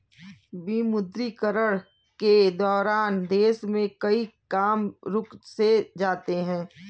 विमुद्रीकरण के दौरान देश में कई काम रुक से जाते हैं